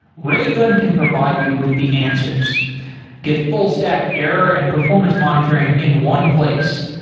raygun can provide you with the answers get full stack, error and performance monitoring in one place.